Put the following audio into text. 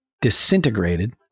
disintegrated